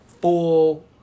full